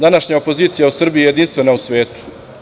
Današnja opozicija u Srbiji je jedinstvena u svetu.